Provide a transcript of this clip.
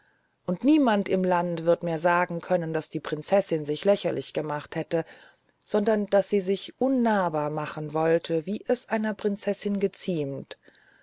und niemand im land wird mehr sagen können daß die prinzessin sich lächerlich gemacht hätte sondern daß sie sich unnahbar machen wollte wie es einer prinzessin geziemt